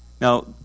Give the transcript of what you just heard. Now